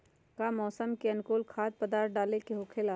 का मौसम के अनुकूल खाद्य पदार्थ डाले के होखेला?